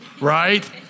right